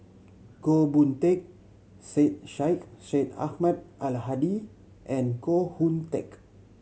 Goh Boon Teck Syed Sheikh Syed Ahmad Al Hadi and Koh Hoon Teck